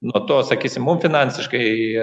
nuo to sakysim mum finansiškai